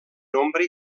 nombre